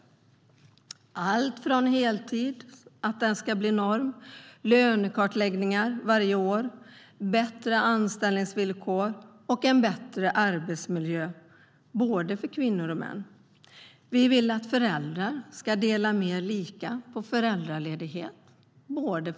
Det är förslag om allt från att heltid ska bli norm och lönekartläggningar göras varje år till bättre anställningsvillkor och bättre arbetsmiljö för både kvinnor och män. Vi vill att föräldrar ska dela mer lika på föräldraledigheten.